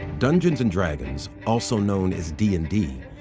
dungeons and dragons, also known as d and d,